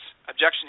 objection